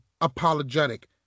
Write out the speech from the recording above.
apologetic